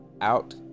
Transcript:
out